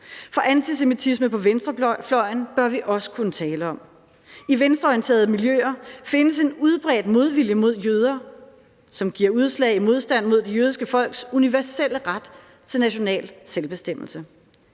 for antisemitisme på venstrefløjen bør vi også kunne tale om. I venstreorienterede miljøer findes en udbredt modvilje mod jøder, som giver udslag i modstand mod det jødiske folks universelle ret til national selvbestemmelse.